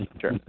Sure